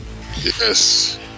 Yes